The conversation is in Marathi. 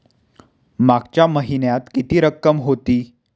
मागच्या महिन्यात किती रक्कम होती?